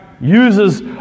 Uses